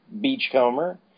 Beachcomber